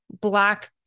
black